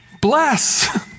bless